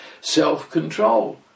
self-control